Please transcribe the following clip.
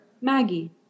Maggie